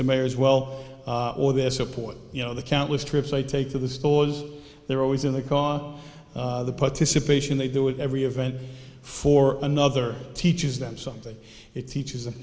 as well or their support you know the countless trips i take to the stores they're always in the car the participation they do it every event for another teaches them something it teaches them